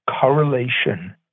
correlation